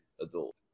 adult